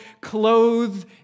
clothed